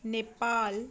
Nepal